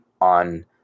on